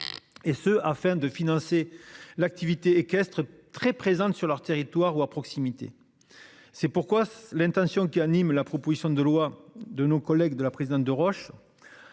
Et ce afin de financer l'activité équestre très présente sur leur territoire ou à proximité. C'est pourquoi l'intention qui anime la proposition de loi de nos collègues de la présidente de Roche.